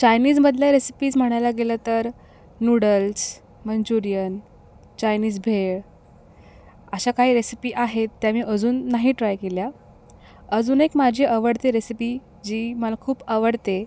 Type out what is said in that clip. चायनीजमधल्या recipes म्हणायला गेलं तर नूडल्स मन्चूरिअन चायनीज भेळ अशा काही रेसिपी आहेत त्या मी अजून नाही ट्राय केल्या अजून एक माझी आवडती रेसिपी जी मला खूप आवडते